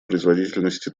производительности